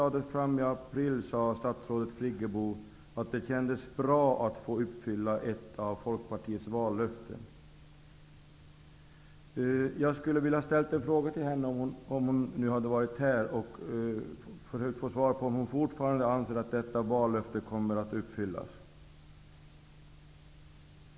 Friggebo att det kändes bra att få uppfylla ett av Folkpartiets vallöften. Jag skulle ha ställt en fråga till henne, om hon hade varit här. Jag hade velat få svar på om hon fortfarande anser att detta vallöfte kommer att uppfyllas.